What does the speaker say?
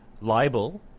libel